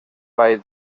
val